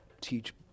teach